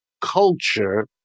culture